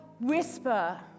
whisper